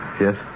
Yes